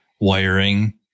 wiring